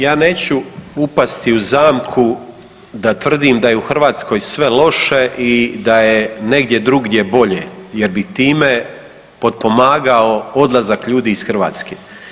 Ja neću upasti u zamku da tvrdim da je u Hrvatskoj sve loše i da je negdje drugdje bolje jer bi time potpomogao odlazak ljudi iz Hrvatske.